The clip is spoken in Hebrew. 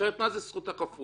אחרת מה זו זכות החפות?